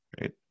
Right